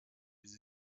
des